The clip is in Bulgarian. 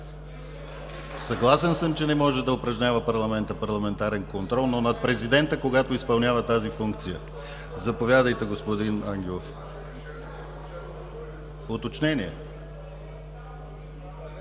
Съгласен съм, че не може парламентът да упражнява парламентарен контрол, но на президента, когато изпълнява тази функция. Заповядайте, господин Ангелов. ЮЛИАН